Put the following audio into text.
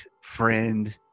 friend